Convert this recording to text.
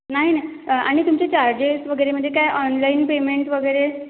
नाही नाही आणि तुमचे चार्जेस वगैरे म्हणजे काय ऑनलाईन पेमेंट वगैरे